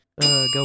Go